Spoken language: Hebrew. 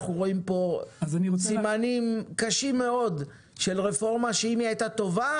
אנחנו רואים פה סימנים קשים מאוד של רפורמה שאם היא הייתה טובה,